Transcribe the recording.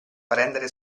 prendere